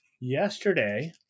Yesterday